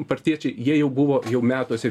partiečiai jie jau buvo jau metuose